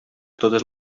totes